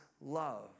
love